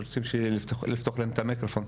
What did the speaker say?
לפתוח להם את המיקרופון.